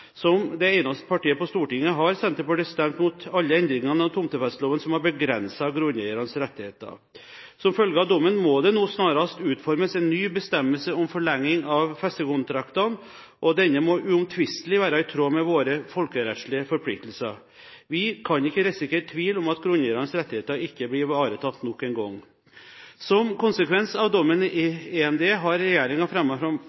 Som det eneste partiet på Stortinget har Senterpartiet stemt imot alle endringene av tomtefesteloven som har begrenset grunneiernes rettigheter. Som følge av dommen må det nå snarest utformes en ny bestemmelse om forlenging av festekontrakter, og denne må uomtvistelig være i tråd med våre folkerettslige forpliktelser. Vi kan ikke risikere tvil om at grunneiernes rettigheter heller ikke denne gang blir ivaretatt. Som en konsekvens av dommen